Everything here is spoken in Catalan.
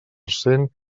cent